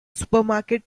supermarket